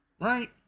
right